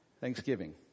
Thanksgiving